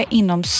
inom